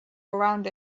around